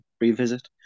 revisit